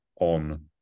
on